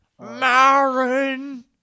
Marin